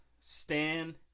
stan